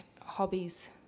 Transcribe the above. hobbies